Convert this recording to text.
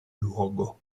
luogo